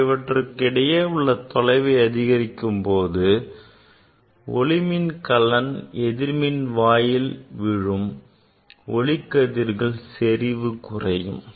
நாம் இவற்றுக்கு இடையே உள்ள தொலைவை அதிகரிக்கும்போது ஒளிமின்கலன் எதிர்மின்வாயில் விழும் ஒளிக்கதிர்களின் செறிவு குறையும்